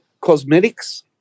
Cosmetics